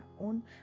own